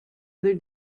other